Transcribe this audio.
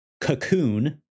Cocoon